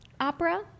opera